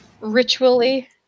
ritually